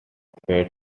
fed